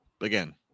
again